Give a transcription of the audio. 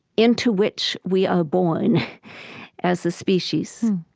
into which we are born as a species.